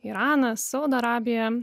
iranas saudo arabija